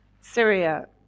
Syria